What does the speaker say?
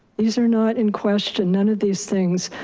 these are not in question, none of these things,